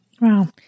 Wow